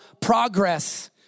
progress